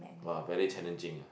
!wah! very challenging eh